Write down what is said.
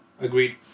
agreed